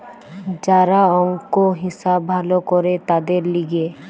যারা অংক, হিসাব ভালো করে তাদের লিগে